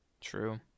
True